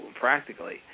practically